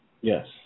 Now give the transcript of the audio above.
Yes